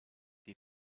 the